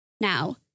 Now